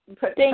thank